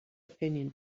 opinion